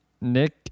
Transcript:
Nick